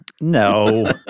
No